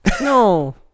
no